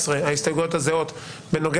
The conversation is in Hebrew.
מי נגד?